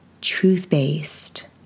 truth-based